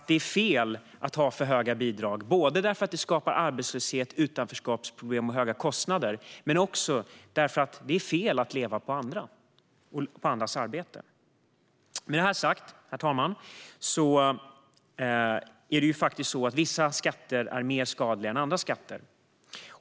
Det är fel att ha för höga bidrag för att det skapar arbetslöshet, utanförskapsproblem och höga kostnader, men också för att det är fel att leva på andras arbete. Herr talman! Vissa skatter är mer skadliga än andra skatter.